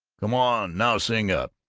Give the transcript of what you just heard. come on nowsing up